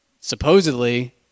supposedly